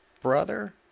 brother